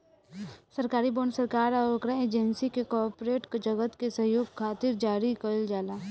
सरकारी बॉन्ड सरकार आ ओकरा एजेंसी से कॉरपोरेट जगत के सहयोग खातिर जारी कईल जाला